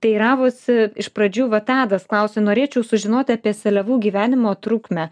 teiravosi iš pradžių va tadas klausė norėčiau sužinot apie seliavų gyvenimo trukmę